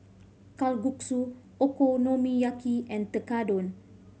Kalguksu Okonomiyaki and Tekkadon